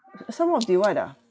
sum of divide ah